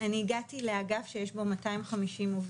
אני הגעתי לאגף שיש בו 250 עובדים,